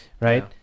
right